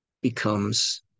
becomes